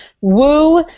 Woo